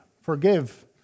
forgive